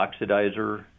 oxidizer